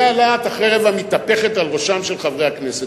זה להט החרב המתהפכת על ראשם של חברי הכנסת.